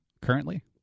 currently